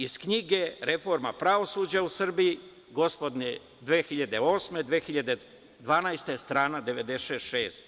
Iz knjige „Reforma pravosuđa u Srbiji“ gospodnje 2008-2012. godine, strana 96.